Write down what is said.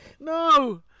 No